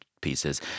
Pieces